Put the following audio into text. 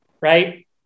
right